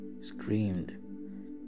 screamed